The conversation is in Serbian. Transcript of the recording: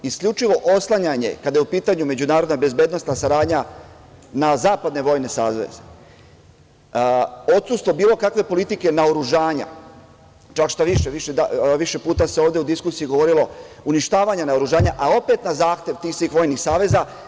Isključivo oslanjanje, kada je u pitanju međunarodna bezbednosna saradnja na zapadne vojne saveze, odsustvo bilo kakve politike naoružanja, čak šta-više, više puta se ovde u diskusiji govorilo o uništavanju naoružanja, a opet na zahtev svih tih vojnih saveza.